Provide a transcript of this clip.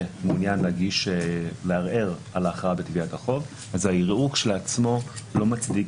מעוניין לערער על ההחלטה בקביעת החוב הערעור כשלעצמו לא מצדיק